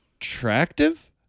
attractive